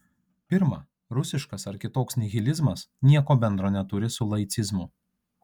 pirma rusiškas ar kitoks nihilizmas nieko bendro neturi su laicizmu